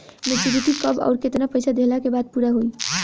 Maturity कब आउर केतना पईसा देहला के बाद पूरा होई?